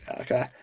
Okay